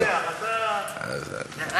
ראיתי אותו מקשיב לך באדיקות.